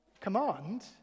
command